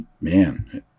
man